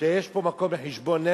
שיש פה מקום לחשבון-נפש.